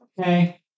Okay